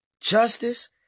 justice